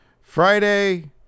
Friday